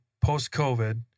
post-COVID